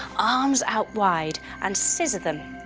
arms out wide and scissor them,